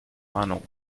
ahnung